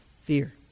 Fear